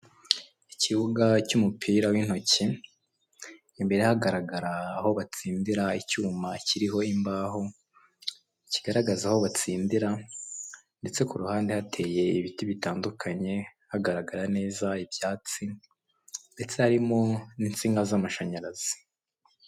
Ikibuga cy'umupira w'intoki imbere hagaragara aho batsindira icyuma kiriho imbaho kigaragaza aho batsindira ndetse ku ruhande hateye ibiti bitandukanye hagaragara neza ibyatsi, ndetse harimo n'insinga z'amashanyarazi.